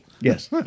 Yes